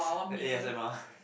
that A_S_M_R